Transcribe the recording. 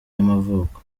y’amavuko